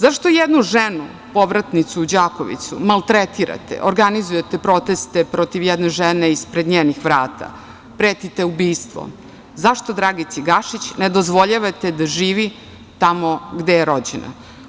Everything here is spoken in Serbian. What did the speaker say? Zašto jednu ženu povratnicu u Đakovicu maltretirate, organizujete proteste protiv jedne žene ispred njenih vrata, pretite ubistvom, zašto Dragici Gašić ne dozvoljavate da živi tamo gde je rođena?